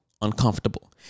uncomfortable